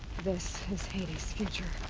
this is hades' future.